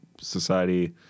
society